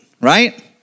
right